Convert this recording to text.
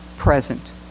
present